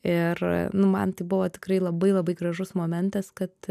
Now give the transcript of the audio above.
ir nu man tai buvo tikrai labai labai gražus momentas kad